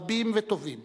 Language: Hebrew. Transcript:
רבים וטובים